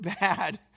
bad